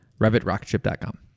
RevitRocketShip.com